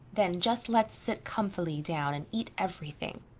then just let's sit comfily down and eat everything,